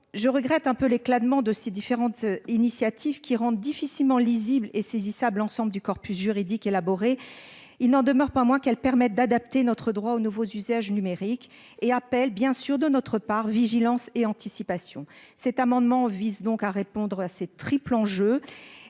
je regrette un peu l'éclatement de ces différentes initiatives qui rend difficilement lisible et saisissable ensemble du corpus juridique élaboré. Il n'en demeure pas moins qu'elles permettent d'adapter notre droit aux nouveaux usages numériques et appelle bien sûr de notre part. Vigilance et anticipation cet amendement vise donc à répondre à ces triple enjeu